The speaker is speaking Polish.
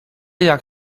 jak